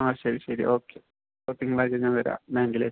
ആ ശരി ശരി ഓക്കെ അപ്പോൾ തിങ്കളാഴ്ച ഞാൻ വരാം ബാങ്കിൽ